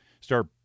start